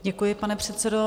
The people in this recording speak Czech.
Děkuji, pane předsedo.